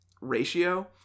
ratio